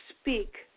speak